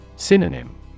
Synonym